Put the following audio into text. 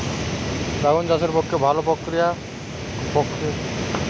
বেগুন চাষের পক্ষে নলকূপ প্রক্রিয়া কি ভালো?